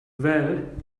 interpret